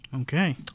Okay